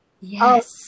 Yes